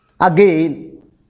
Again